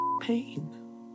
pain